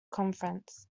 conference